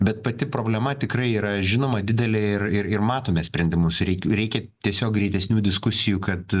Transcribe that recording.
bet pati problema tikrai yra žinoma didelė ir ir ir matome sprendimus reik reikia tiesiog greitesnių diskusijų kad